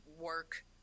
work